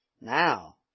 now